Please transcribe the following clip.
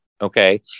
okay